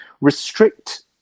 restrict